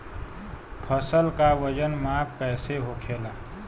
फसल का वजन माप कैसे होखेला?